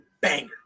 banger